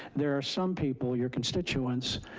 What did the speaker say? there are some people, your constituents,